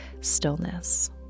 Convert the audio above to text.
stillness